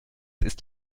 ist